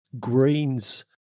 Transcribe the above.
greens